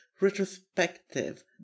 retrospective